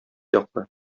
яклы